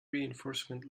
reinforcement